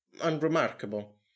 unremarkable